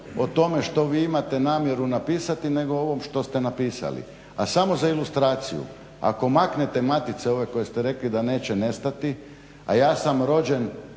o tome što vi imate namjeru napisati, nego o ovom što ste napisali. A samo za ilustraciju, ako maknete matice ove koje ste rekli da neće nestati, a ja sam rođen